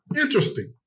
Interesting